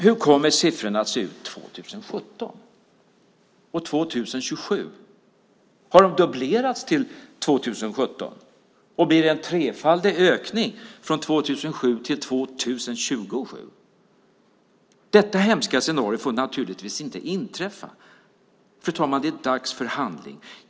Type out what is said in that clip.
Hur kommer siffrorna att se ut 2017 och 2027? Har de dubblerats till 2017? Blir det en trefaldig ökning från 2007 till 2027? Detta hemska scenario får naturligtvis inte inträffa. Fru talman! Det är dags för handling.